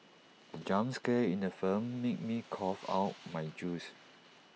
the jump scare in the film made me cough out my juice